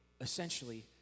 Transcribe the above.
essentially